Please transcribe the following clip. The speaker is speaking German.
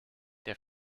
der